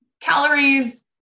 calories